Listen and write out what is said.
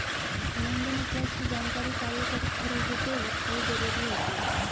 लेन देन इतिहास की जानकरी कार या घर खरीदते वक़्त बहुत जरुरी होती है